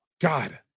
God